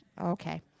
Okay